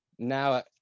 now